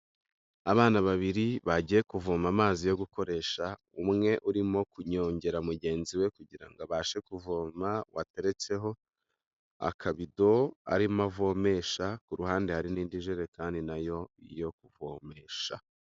Abana babiri bagiye kuvoma amazi yo gukoresha, umwe urimo kunyongera mugenzi we kugirango abashe kuvoma wateretseho akabido arimo avomesha, ku ruhande hari n'indi jerekani nayo yo kuvomesha.